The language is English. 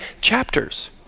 chapters